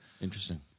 interesting